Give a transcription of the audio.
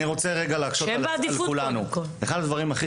אני רוצה להקשות על כולנו: אחד הדברים הכי